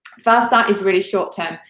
fast start is really short term.